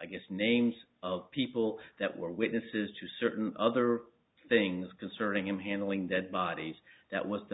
i guess names of people that were witnesses to certain other things concerning him handling that bodies that was the